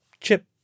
chip